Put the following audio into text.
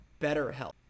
BetterHelp